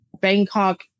Bangkok